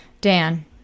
dan